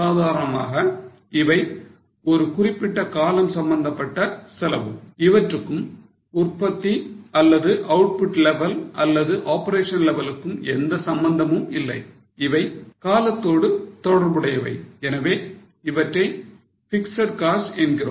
சாதாரணமாக இவை ஒரு குறிப்பிட்ட காலம் சம்பந்தப்பட்ட செலவு இவற்றுக்கும் உற்பத்தி அல்லது output level அல்லது operations level க்கும் எந்த சம்பந்தமும் இல்லை இவை காலத்தோடு தொடர்புடையவை எனவே இவற்றை fixed cost என்கிறோம்